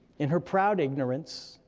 in her proud ignorance,